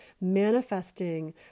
manifesting